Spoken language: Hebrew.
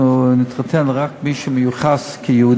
אנחנו נתחתן רק עם מי שמיוחס כיהודי.